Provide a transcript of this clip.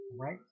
right